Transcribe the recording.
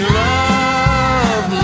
love